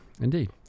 indeed